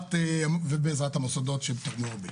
ובעזרת המוסדות שהם תרמו הרבה.